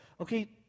Okay